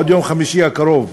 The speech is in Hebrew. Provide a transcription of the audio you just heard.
עד יום חמישי הקרוב.